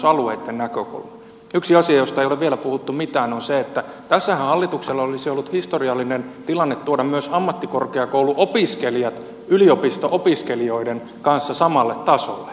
yksi asia josta ei ole vielä puhuttu mitään on se että tässähän hallituksella olisi ollut historiallinen tilanne tuoda myös ammattikorkeakouluopiskelijat yliopisto opiskelijoiden kanssa samalle tasolle